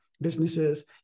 businesses